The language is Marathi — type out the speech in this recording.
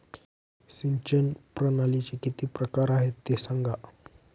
सिंचन प्रणालीचे किती प्रकार आहे ते सांगा